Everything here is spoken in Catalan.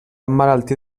emmalaltir